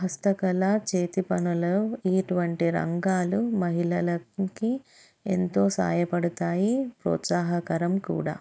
హస్తకళ చేతి పనులు ఇటువంటి రంగాలు మహిళలకి ఎంతో సాయపడతాయి ప్రోత్సాహకరం కూడా